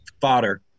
fodder